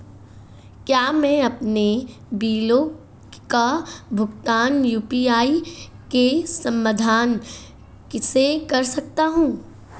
क्या मैं अपने बिलों का भुगतान यू.पी.आई के माध्यम से कर सकता हूँ?